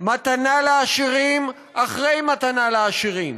מתנה לעשירים אחרי מתנה לעשירים,